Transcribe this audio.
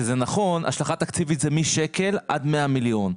שזה נכון השלכה תקציבית היא משקל ועד 100 מיליון.